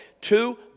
Two